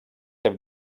have